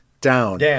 down